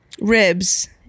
Ribs